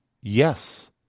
Yes